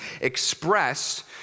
expressed